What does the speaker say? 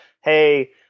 hey